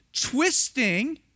twisting